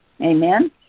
Amen